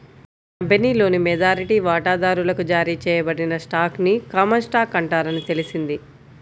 కంపెనీలోని మెజారిటీ వాటాదారులకు జారీ చేయబడిన స్టాక్ ని కామన్ స్టాక్ అంటారని తెలిసింది